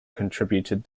contributed